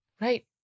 Right